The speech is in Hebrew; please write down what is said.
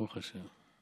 שלום.